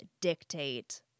dictate